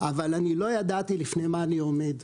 אבל לא ידעתי לפני מה אני עומד.